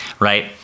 right